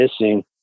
missing